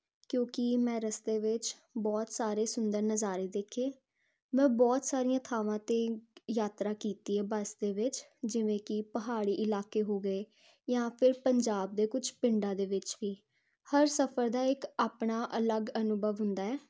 ਕਿਉਂਕਿ ਮੈਂ ਰਸਤੇ ਵਿੱਚ ਬਹੁਤ ਸਾਰੇ ਸੁੰਦਰ ਨਜ਼ਾਰੇ ਦੇਖੇ ਮੈਂ ਬਹੁਤ ਸਾਰੀਆਂ ਥਾਵਾਂ 'ਤੇ ਯਾਤਰਾ ਕੀਤੀ ਹੈ ਬੱਸ ਦੇ ਵਿੱਚ ਜਿਵੇਂ ਕਿ ਪਹਾੜੀ ਇਲਾਕੇ ਹੋ ਗਏ ਜਾਂ ਫਿਰ ਪੰਜਾਬ ਦੇ ਕੁਛ ਪਿੰਡਾਂ ਦੇ ਵਿੱਚ ਵੀ ਹਰ ਸਫਰ ਦਾ ਇੱਕ ਆਪਣਾ ਅਲੱਗ ਅਨੁਭਵ ਹੁੰਦਾ ਹੈ